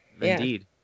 indeed